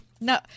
No